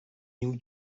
new